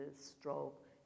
stroke